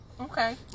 okay